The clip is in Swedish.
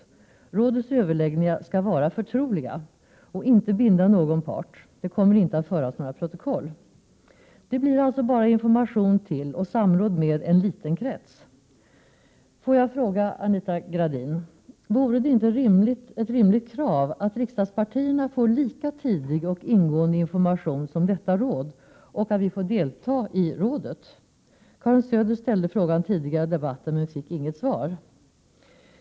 Rådets överlägg ningar skall vara förtroliga och inte binda någon part. Det kommer inte att föras några protokoll. Det blir alltså bara information till och samråd med en liten krets. Får jag fråga Anita Gradin: Vore det inte ett rimligt krav att riksdagspartierna får lika tidig och ingående information som detta råd och får delta i rådet? Karin Söder ställde frågan tidigare i debatten men fick inget svar.